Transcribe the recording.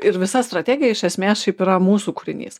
ir visa strategija iš esmės šiaip yra mūsų kūrinys